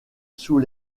sous